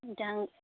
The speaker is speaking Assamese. এতিয়া